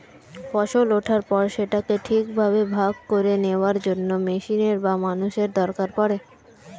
ফসল ওঠার পর সেটাকে ঠিকভাবে ভাগ করে নেওয়ার জন্য মেশিনের বা মানুষের দরকার পড়ে